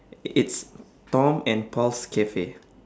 i~ it's tom and paul's cafe